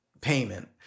payment